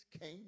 came